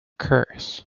curse